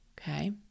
Okay